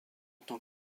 tant